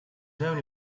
only